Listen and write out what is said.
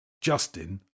Justin